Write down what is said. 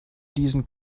diesen